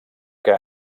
que